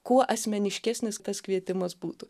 kuo asmeniškesnis tas kvietimas būtų